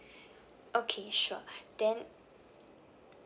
okay sure then